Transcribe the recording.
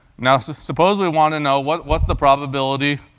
now so suppose we want to know, what's what's the probability